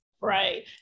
Right